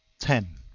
ten.